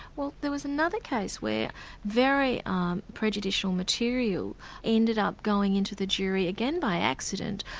well there was another case where very um prejudicial material ended up going into the jury, again by accident,